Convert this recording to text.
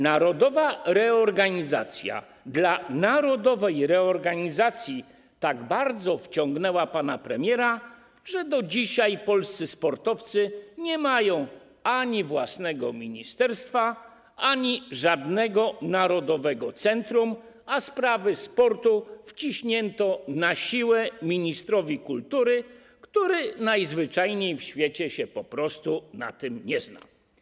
Narodowa reorganizacja dla narodowej reorganizacji tak bardzo wciągnęła pana premiera, że do dzisiaj polscy sportowcy nie mają ani własnego ministerstwa, ani żadnego narodowego centrum, a sprawy sportu wciśnięto na siłę ministrowi kultury, który najzwyczajniej w świecie się po prostu na tym nie zna.